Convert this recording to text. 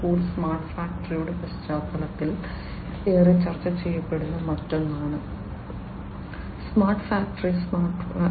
0 smart ഫാക്ടറിയുടെ പശ്ചാത്തലത്തിൽ ഏറെ ചർച്ച ചെയ്യപ്പെടുന്ന മറ്റൊന്നാണ് സ്മാർട്ട് ഫാക്ടറി സ്മാർട്ട് ഫാക്ടറി